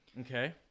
Okay